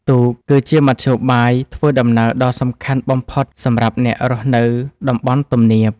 ទូកគឺជាមធ្យោបាយធ្វើដំណើរដ៏សំខាន់បំផុតសម្រាប់អ្នករស់នៅតំបន់ទំនាប។